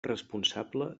responsable